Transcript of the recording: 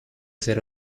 ser